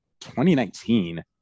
2019